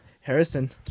Harrison